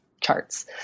charts